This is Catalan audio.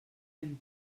ben